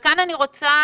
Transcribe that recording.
אני רוצה